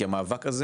כי המאבק הזה,